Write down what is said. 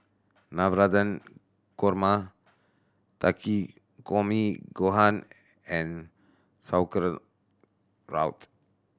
Navratan Korma Takikomi Gohan and Sauerkraut